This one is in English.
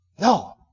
No